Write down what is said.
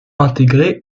intégré